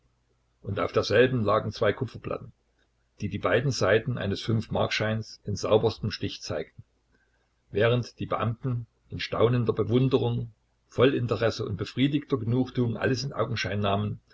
und auf derselben lagen zwei kupferplatten die die beiden seiten eines fünfmarkscheines in sauberstem stich zeigten während die beamten in staunender bewunderung voll interesse und befriedigter genugtuung alles in